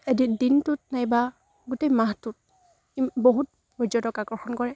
এদিন দিনটোত নাইবা গোটেই মাহটোত বহুত পৰ্যটক আকৰ্ষণ কৰে